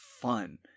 fun